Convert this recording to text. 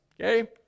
Okay